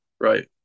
right